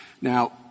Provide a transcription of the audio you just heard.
Now